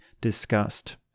discussed